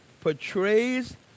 portrays